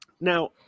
Now